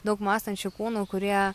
daug mąstančių kūnų kurie